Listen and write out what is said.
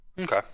Okay